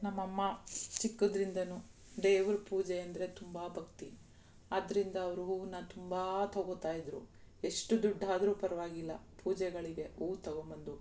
ನಮ್ಮ ಅಮ್ಮ ಚಿಕ್ಕದ್ರಿಂದಲೂ ದೇವ್ರ ಪೂಜೆ ಅಂದರೆ ತುಂಬ ಭಕ್ತಿ ಆದ್ದರಿಂದ ಅವರು ಹೂವನ್ನ ತುಂಬ ತಗೊಳ್ತಾ ಇದ್ದರು ಎಷ್ಟು ದುಡ್ಡು ಆದ್ರೂ ಪರ್ವಾಗಿಲ್ಲ ಪೂಜೆಗಳಿಗೆ ಹೂ ತಗೊಂಡ್ಬಂದು